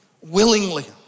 Willingly